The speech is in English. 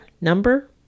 number